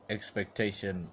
Expectation